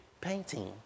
painting